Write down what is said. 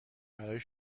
برای